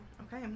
Okay